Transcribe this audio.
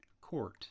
court